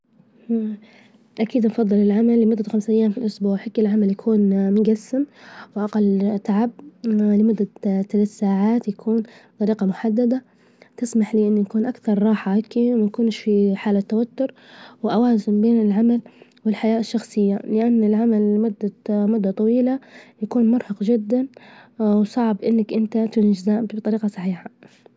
أكيد أفظل العمل لمدة خمسة أيام في الأسبوع، حج العمل يكون مجسم، وأجل تعب، لمدة ثلاث ساعات، يكون بطريجة محددة تسمح لي إني أكون أكثر راحة هيكي وما يكونش في حالة توتر، وأوازن بين العمل والحياة الشخصية، لأن العمل لمدة مدة طويل يكون مرهج جدا وصعب إنك إنت تنجزه بطريجة صحيحة.